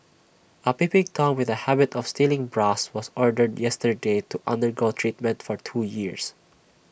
A peeping Tom with A habit of stealing bras was ordered yesterday to undergo treatment for two years